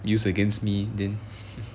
use against me then